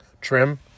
trim